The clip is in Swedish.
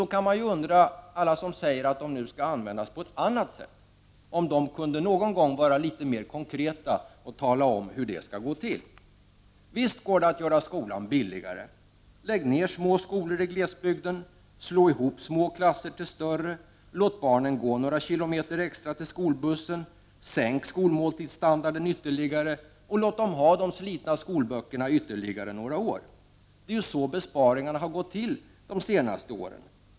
Då kan man undra varför de som anser att pengarna skall användas på ett annat sätt inte någon gång kan vara litet mer konkreta och tala om hur pengarna skall användas. Visst går det att göra skolan billigare genom att lägga ned små skolor i glesbygden, genom att slå ihop små klasser till större, genom att låta barnen gå några kilometer extra till skolbussen, genom att sänka standarden på skolmåltiderna ytterligare och genom att låta barnen ha de slitna skolböckerna ytterligare några år. Det är ju på det sättet besparingarna har gått till under de senaste åren.